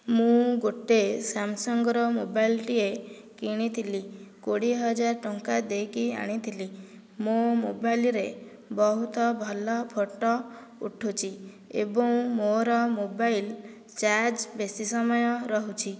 ମୁଁ ଗୋଟିଏ ସାମସଙ୍ଗର ମୋବାଇଲଟିଏ କିଣିଥିଲି କୋଡ଼ିଏ ହଜାର ଟଙ୍କା ଦେଇକି ଆଣିଥିଲି ମୋ' ମୋବାଇଲରେ ବହୁତ ଭଲ ଫୋଟୋ ଉଠୁଛି ଏବଂ ମୋର ମୋବାଇଲ ଚାର୍ଜ ବେଶୀ ସମୟ ରହୁଛି